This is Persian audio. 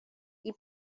این